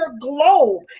globe